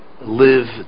live